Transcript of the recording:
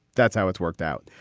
that's how it's worked out.